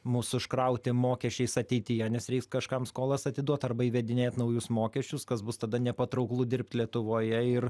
mus užkrauti mokesčiais ateityje nes reiks kažkam skolas atiduot arba įvedinėt naujus mokesčius kas bus tada nepatrauklu dirbt lietuvoje ir